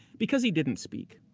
because he didn't speak.